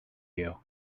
you